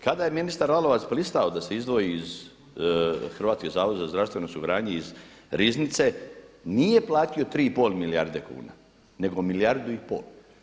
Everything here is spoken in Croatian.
Kada je ministar Lalovac pristao da se izdvoji iz Hrvatske Zavod za zdravstveno osiguranje iz Riznice nije platio 3 i pol milijarde kuna, nego milijardu i pol.